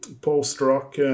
post-rock